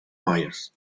myers